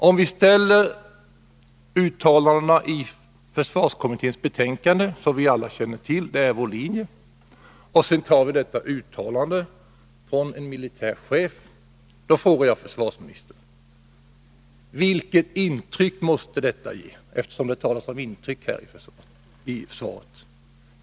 Om vi ställer uttalandena i försvarskommitténs betänkande — som vi alla känner till är det vår linje som där beskrivs — mot detta uttalande från en militär chef, vilket intryck ger det? Försvarsministern talar ju om intryck i svaret.